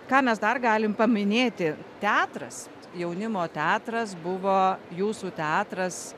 ką mes dar galim paminėti teatras jaunimo teatras buvo jūsų teatras